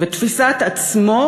ולתפיסת עצמו,